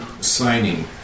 signing